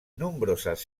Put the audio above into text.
nombroses